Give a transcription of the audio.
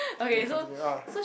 ok continue ah